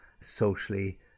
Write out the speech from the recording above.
socially